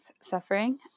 suffering